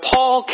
Paul